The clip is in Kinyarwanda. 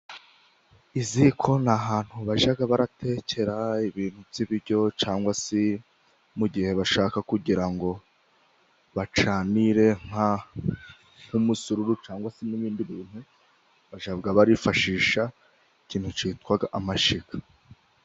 Iziko ni ahantu bajya baratekera ibintu by'ibiryo cyangwa se mu gihe bashaka kugira ngo bacanire nk'umusuru cyangwa se ibindi bintu, bajya barifashisha ikintu cyitwa amashyiga.